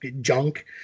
Junk